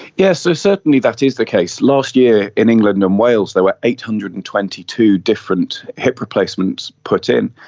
yes, so certainly that is the case. last year in england and um wales there were eight hundred and twenty two different hip replacements put in,